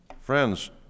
Friends